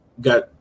got